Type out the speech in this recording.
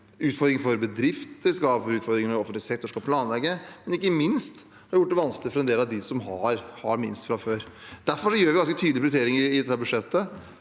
utfordringer for bedrifter, for offentlig sektor som skal planlegge, og ikke minst har det gjort det vanskelig for en del av dem som har minst fra før. Derfor gjør vi ganske tydelige prioriteringer i dette budsjettet,